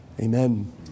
amen